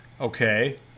Okay